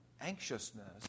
anxiousness